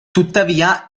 tuttavia